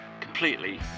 completely